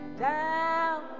Down